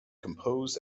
composed